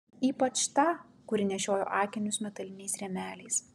ypač tą kuri nešiojo akinius metaliniais rėmeliais